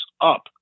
up